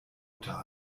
unter